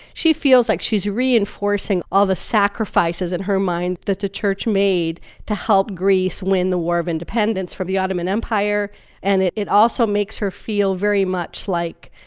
she feels like she's reinforcing all the sacrifices, in her mind, that the church made to help greece win the war of independence from the ottoman empire and it it also makes her feel very much like,